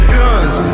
guns